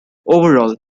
overall